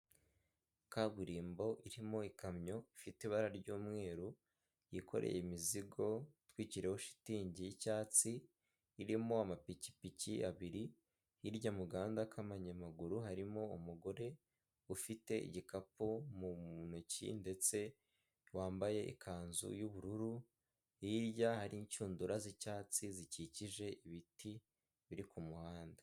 Kaburimbo irimo ikamyo ifite ibara ry'umweru yikoreye imizigo itwikiriyeho shitingi y'icyatsi irimo amapikipiki abiri hirya mu gahanda k'amanyamaguru harimo umugore ufite igikapu mu ntoki ndetse wambaye ikanzu y'ubururu hirya hari inshundura z'icyatsi zikikije ibiti biri ku muhanda.